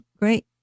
great